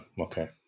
Okay